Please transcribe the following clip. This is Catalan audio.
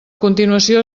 continuació